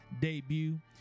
debut